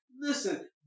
listen